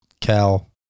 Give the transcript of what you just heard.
Cal